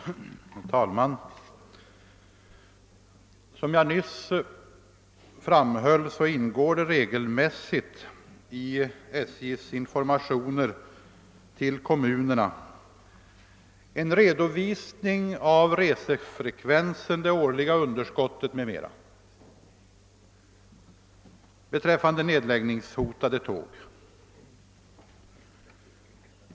Herr talman! Som jag nyss framhöll ingår regelmässigt i SJ:s informationer till kommunerna en redovisning av resefrekvensen, det årliga underskottet m.m. beträffande nedläggningshotade tåg.